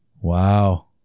Wow